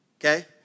Okay